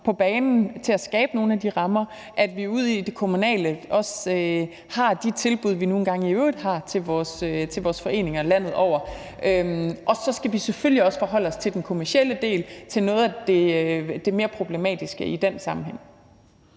på banen til at skabe nogle af de rammer, og at vi også ude i det kommunale har de tilbud, vi nu engang i øvrigt har til vores foreninger landet over. Og så skal vi selvfølgelig også forholde os til den kommercielle del og noget af det mere problematiske i den sammenhæng.